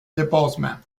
dépassement